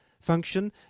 function